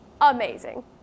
Amazing